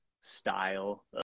style